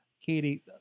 katie